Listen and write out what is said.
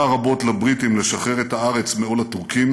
רבות לבריטים לשחרר את הארץ מעול הטורקים,